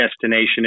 destination